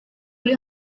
uri